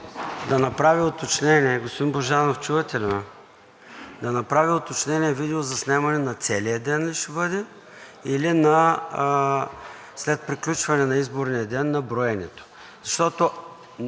да направи уточнение. (Реплики.) Господин Божанов, чувате ли ме – да направите уточнение видеозаснемане на целия ден ли ще бъде, или след приключване на изборния ден на броенето? Защото